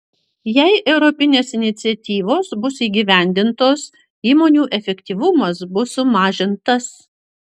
jei europinės iniciatyvos bus įgyvendintos įmonių efektyvumas bus sumažintas